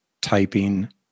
typing